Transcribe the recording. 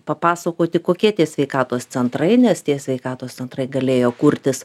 papasakoti kokie tie sveikatos centrai nes tie sveikatos centrai galėjo kurtis